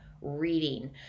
reading